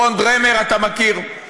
רון דרמר, אתה מכיר.